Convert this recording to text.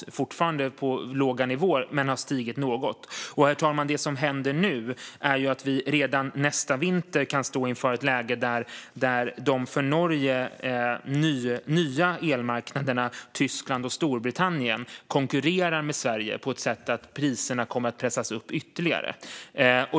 De är fortfarande på låga nivåer, men de har stigit något. Herr talman! Redan nästa vinter kan vi stå inför ett läge där de för Norge nya elmarknaderna, Tyskland och Storbritannien, konkurrerar med Sverige på ett sådant sätt att priserna kommer att pressas upp ytterligare.